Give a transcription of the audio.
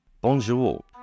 Bonjour